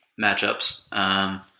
matchups